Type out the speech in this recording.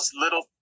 little